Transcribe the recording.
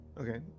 Okay